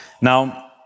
Now